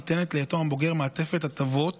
ניתנת ליתום הבוגר מעטפת הטבות